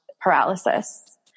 paralysis